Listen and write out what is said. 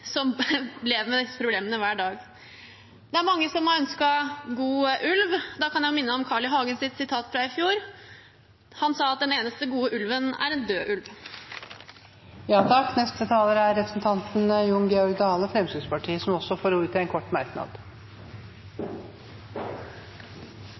som lever med disse problemene hver dag. Det er mange som har ønsket «god ulv». Da kan jeg minne om Carl I. Hagens ord fra i fjor, der han sa at den eneste gode ulven er en død ulv. Representanten Jon Georg Dale har hatt ordet to ganger tidligere i debatten og får ordet til en kort merknad,